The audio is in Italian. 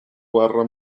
guerra